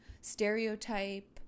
stereotype